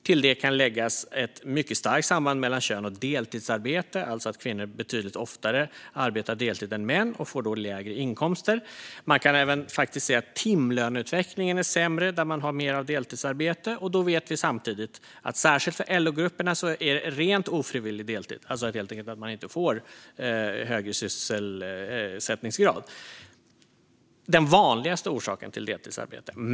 Till det kan läggas ett mycket starkt samband mellan kön och deltidsarbete, alltså att kvinnor betydligt oftare än män arbetar deltid och då får lägre inkomster. Vi kan även se att timlöneutvecklingen är sämre där man har mer av deltidsarbete. Då vet vi samtidigt att särskilt för LO-grupperna är rent ofrivillig deltid, alltså helt enkelt att man inte får högre sysselsättningsgrad, den vanligaste orsaken till deltidsarbete.